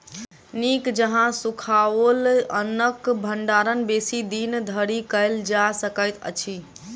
नीक जकाँ सुखाओल अन्नक भंडारण बेसी दिन धरि कयल जा सकैत अछि